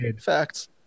facts